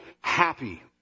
happy